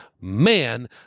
man